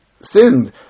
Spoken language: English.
sinned